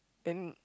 and